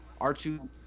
R2